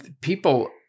People